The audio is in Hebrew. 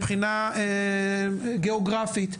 מבחינה גאוגרפית.